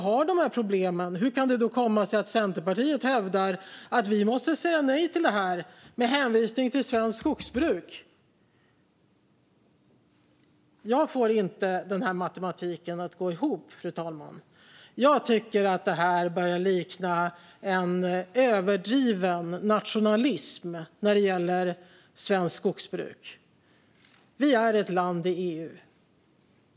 Hur kan det komma sig att Centerpartiet hävdar att vi måste säga nej till detta med hänvisning till svenskt skogsbruk om vi nu inte har dessa problem? Jag får inte denna matematik att gå ihop, fru talman. Jag tycker att det här med svenskt skogsbruk börjar likna överdriven nationalism. Vi är ett land i EU.